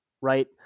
Right